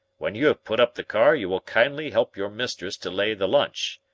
when you have put up the car you will kindly help your mistress to lay the lunch.